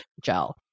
gel